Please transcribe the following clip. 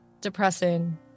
depressing